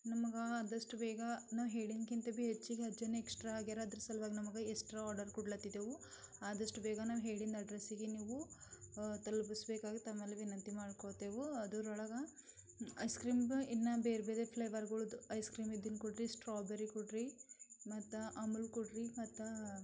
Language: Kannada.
ನಮ್ಗೆ ಆದಷ್ಟು ಬೇಗ ನಾವು ಹೇಳಿದಕ್ಕಿಂತ ಭೀ ಹೆಚ್ಚಿಗೆ ಹತ್ತು ಜನ ಎಕ್ಸ್ಟ್ರಾ ಆಗ್ಯಾರ ಅದರ ಸಲುವಾಗಿ ನಮ್ಗೆ ಎಸ್ಟ್ರಾ ಆರ್ಡರ್ ಕೊಡ್ಲತ್ತಿದ್ದೇವೆ ಆದಷ್ಟು ಬೇಗ ನಾವು ಹೇಳಿದ್ದ ಅಡ್ರೆಸ್ಸಿಗೆ ನೀವು ತಲುಪಿಸಬೇಕಾಗಿ ತಮ್ಮಲ್ಲಿ ವಿನಂತಿ ಮಾಡಿಕೊಳ್ತೇವೆ ಅದ್ರೊಳಗೆ ಐಸ್ ಕ್ರೀಂಬ ಇನ್ನೂ ಬೇರೆಬೇರೆ ಫ್ಲೇವರ್ಗಳದ್ದು ಐಸ್ ಕ್ರೀಮ್ ಇದ್ದಿದ್ದು ಕೊಡ್ರಿ ಸ್ಟ್ರಾಬೆರಿ ಕೊಡ್ರಿ ಮತ್ತು ಅಮೂಲ್ ಕೊಡ್ರಿ ಮತ್ತು